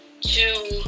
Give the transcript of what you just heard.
two